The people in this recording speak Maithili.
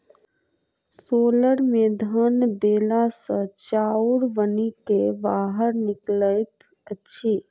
हौलर मे धान देला सॅ चाउर बनि क बाहर निकलैत अछि